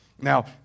Now